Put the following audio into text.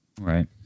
Right